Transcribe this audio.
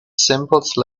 simple